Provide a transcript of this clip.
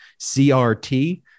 CRT